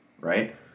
Right